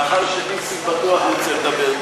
מאחר שנסים בטוח ירצה לדבר,